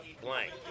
blank